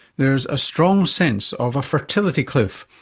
there's a strong sense of a fertility cliff,